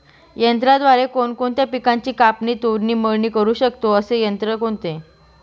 यंत्राद्वारे कोणकोणत्या पिकांची कापणी, तोडणी, मळणी करु शकतो, असे यंत्र कोणते?